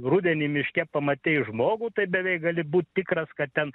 rudenį miške pamatei žmogų tai beveik gali būti tikras kad ten